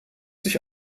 sich